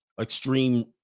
extreme